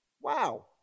Wow